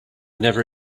never